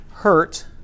hurt